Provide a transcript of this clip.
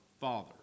Father